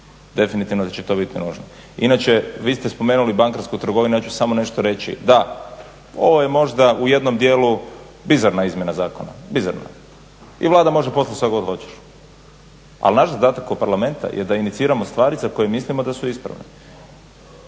definitivno će to biti nužno. Inače vi ste spomenuli bankarsku trgovinu, ja ću samo nešto reći, da, ovo je možda u jednom dijelu bizarna izmjena zakona i Vlada može poslati što god hoćeš, ali naš zadatak u Parlamentu je da iniciramo stvari za koje mislimo da su ispravne.